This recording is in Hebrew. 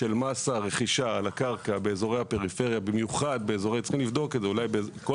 של מס הרכישה על הקרקע באזורי הפריפריה; צריך לבדוק האם בכל